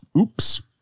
Oops